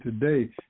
today